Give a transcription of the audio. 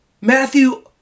Matthew